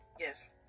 Yes